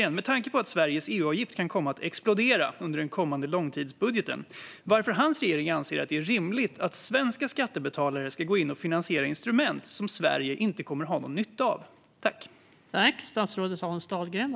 Med tanke på att Sveriges EU-avgift kan komma att explodera under den kommande långtidsbudgeten vill jag därför fråga statsrådet Hans Dahlgren varför hans regering anser att det är rimligt att svenska skattebetalare ska gå in och finansiera instrument som Sverige inte kommer att ha någon nytta av.